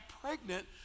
pregnant